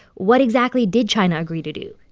what exactly did china agree to do?